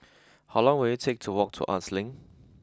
how long will it take to walk to Arts Link